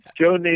Joe